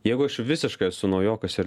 jeigu aš visiškai esu naujokas ir